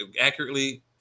accurately